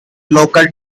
local